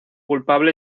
culpable